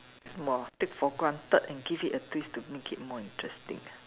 more take for granted and give it a twist to make it more interesting